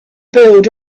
build